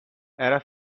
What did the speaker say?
era